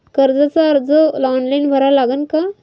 कर्जाचा अर्ज ऑनलाईन भरा लागन का?